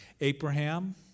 Abraham